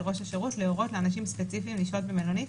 ראש השרות להורות לאנשים ספציפיים לשהות במלונית.